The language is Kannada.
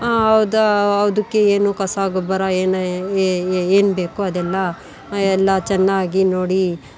ಅದು ಅದಕ್ಕೆ ಏನು ಕಸ ಗೊಬ್ಬರ ಏನೇ ಏನು ಬೇಕೋ ಅದೆಲ್ಲ ಎಲ್ಲ ಚೆನ್ನಾಗಿ ನೋಡಿ